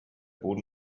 boden